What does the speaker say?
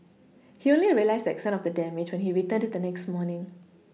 he only realised the extent of the damage when he returned the next morning